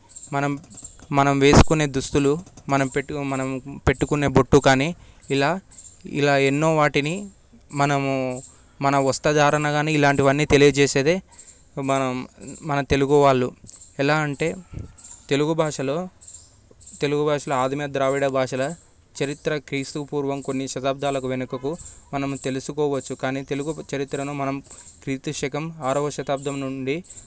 మనం మనం వేసుకునే దుస్తులు మనం పెట్టుకు మనం పెట్టుకునే బొట్టు కానీ ఇలా ఇలా ఎన్నో వాటిని మనము మన వస్త్రధారణ గానీ ఇలాంటివన్నీ తెలియజేసేదే మనం మన తెలుగు వాళ్ళు ఎలా అంటే తెలుగు భాషలో తెలుగు భాషలో ఆధునిక ద్రావిడ భాషల చరిత్ర క్రీస్తుపూర్వం కొన్ని శతాబ్దాలకు వెనుకకు మనం తెలుసుకోవచ్చు కానీ తెలుగు చరిత్రను మనం కీర్తిశకం ఆరవ శతాబ్దం నుండి